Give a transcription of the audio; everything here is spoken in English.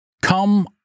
Come